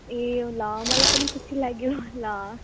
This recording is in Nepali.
ए ल मलाई पनि खुसी लाग्यो ल